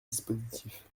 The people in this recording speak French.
dispositif